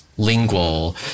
lingual